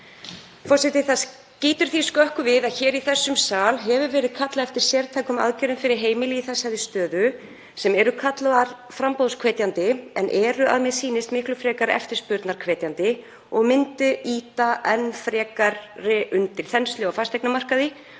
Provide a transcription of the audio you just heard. staðar. Það skýtur því skökku við að hér í þessum sal hefur verið kallað eftir sértækum aðgerðum fyrir heimili í þessari stöðu sem eru kallaðar framboðshvetjandi, en eru, að mér sýnist, miklu frekar eftirspurnarhvetjandi og myndu ýta enn frekar undir þenslu á fasteignamarkaði